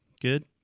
Good